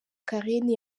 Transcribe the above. carine